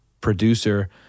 producer